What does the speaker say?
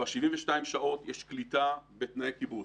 ב-72 שעות יש קליטה בתנאי קיבוץ.